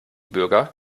bürger